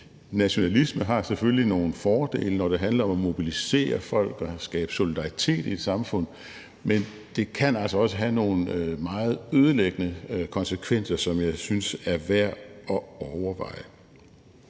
nationalismen har selvfølgelig nogle fordele, når det handler om at mobilisere folk og skabe solidaritet i et samfund, men det kan altså også have nogle meget ødelæggende konsekvenser, som jeg synes er værd at overveje.